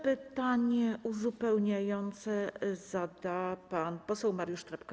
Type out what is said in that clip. Pytanie uzupełniające zada pan poseł Mariusz Trepka.